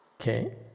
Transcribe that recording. Okay